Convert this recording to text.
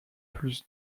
plus